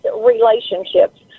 relationships